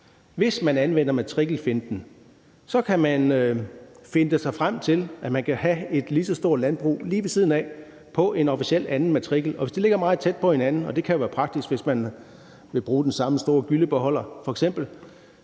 Hvis man anvender matrikelfinten, kan man finte sig frem til, at man helt officielt kan have et lige så stort landbrug lige ved siden af på en anden matrikel, og hvis de ligger meget tæt på hinanden – og det kan jo være praktisk, hvis man f.eks. vil bruge den samme store gyllebeholder –